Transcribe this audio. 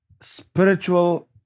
spiritual